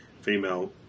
female